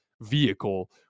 vehicle